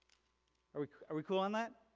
are we, are we cool on that?